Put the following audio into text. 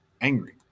angry